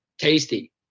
tasty